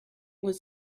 was